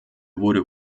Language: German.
wurde